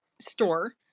store